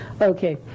Okay